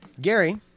Gary